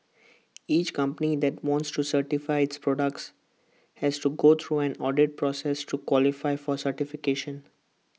each company that wants to certify its products has to go through an audit process to qualify for certification